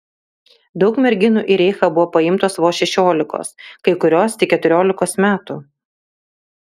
daug merginų į reichą buvo paimtos vos šešiolikos kai kurios tik keturiolikos metų